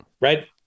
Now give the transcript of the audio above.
right